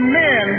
men